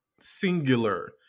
singular